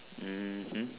mmhmm